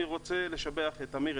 אני רוצה לשבח את אמיר,